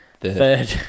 third